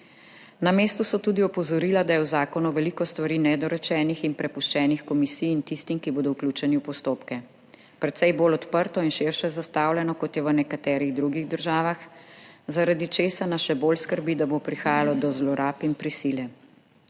Na mestu so tudi opozorila, da je v zakonu veliko stvari nedorečenih in prepuščenih komisiji in tistim, ki bodo vključeni v postopke. Precej bolj odprto in širše zastavljeno kot je v nekaterih drugih državah, zaradi česar nas še bolj skrbi, da bo prihajalo do zlorab in prisile.